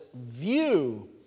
view